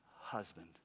husband